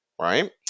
right